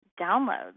downloads